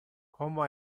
como